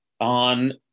on